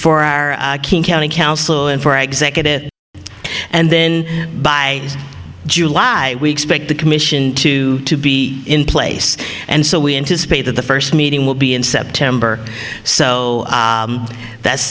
for our king county council and for executives and then by july we expect the commission to be in place and so we anticipate that the first meeting will be in september so that's